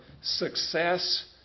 success